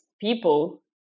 people